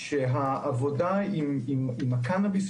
שהילדים שלהן משתמשים בקנאביס,